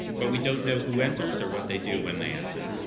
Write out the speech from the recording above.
but we don't know who enters or what they do when they enter.